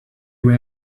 were